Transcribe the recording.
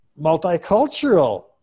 multicultural